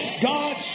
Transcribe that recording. God